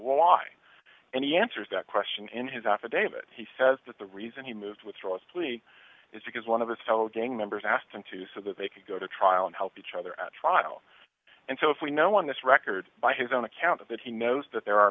why and he answers that question in his affidavit he says that the reason he moved with rossley is because one of his fellow gang members asked him to so that they can go to trial and help each other at trial and so if we know on this record by his own account of it he knows that there are